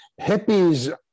hippies